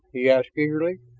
he asked eagerly.